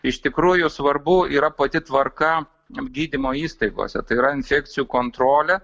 iš tikrųjų svarbu yra pati tvarka gydymo įstaigose tai yra infekcijų kontrolė